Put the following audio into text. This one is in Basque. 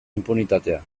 inpunitatea